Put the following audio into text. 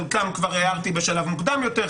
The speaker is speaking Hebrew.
חלקן כבר הערתי בשלב מוקדם יותר,